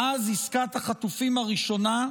מאז עסקת החטופים הראשונה,